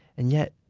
and yet,